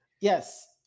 Yes